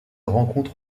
rencontre